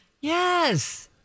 Yes